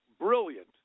brilliant